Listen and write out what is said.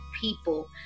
people